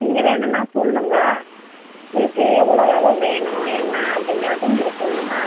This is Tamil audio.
நீங்கள் வேணும்னா சொல்லுங்கள் உங்களுக்கு எவ்வளோ எவ்வளோ வேணும் என்ன அப்படிங்குறத நீங்கள் சொல்லுங்கள்